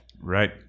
right